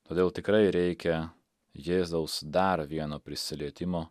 todėl tikrai reikia jėzaus dar vieno prisilietimo